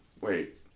Wait